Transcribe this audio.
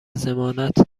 ضمانت